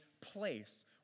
place